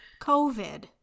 COVID